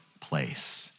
place